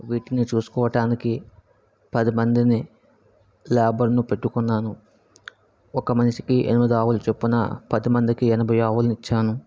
వీటిని చూసుకోవటానికి పదిమందిని లేబర్ ను పెట్టుకున్నాను ఒక మనిషికి ఎనిమిది ఆవుల చొప్పున పదిమందికి ఎనభై ఆవులను ఇచ్చాను